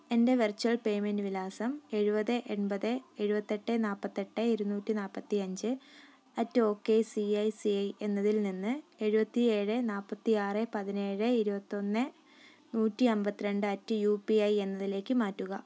എൻ്റെ virtual payment വിലാസം എഴുപത് എൺപത് എഴുപത്തിയെട്ട് നാല്പത്തെട്ട് ഇരുന്നൂറ്റി നാല്പത്തിയഞ്ച് at okay C I C I എന്നതിൽ നിന്ന് എഴുപത്തിഏഴ് നാല്പത്തിയാറ് പതിനേഴ് ഇരുപത്തിയൊന്ന് നൂറ്റിഅമ്പത്തി രണ്ട് അറ്റ് യു പി ഐ എന്നതിലേക്ക് മാറ്റുക